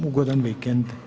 Ugodan vikend.